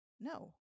no